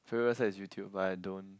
favourite site is YouTube but I don't